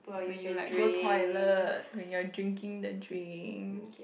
when you like go toilet when you drinking the drink